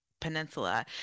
peninsula